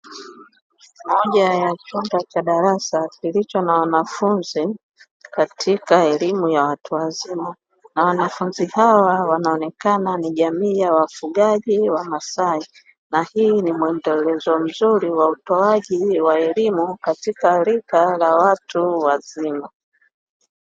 Moja ya chumba cha darasa kilicho na wanafunzi katika elimu ya watu wazima; na wanafunzi hawa wanaonekana ni jamii ya wafugaji wamasai, na hii ni mwendelezo mzuri wa utoaji wa elimu katika rika la watu wazima.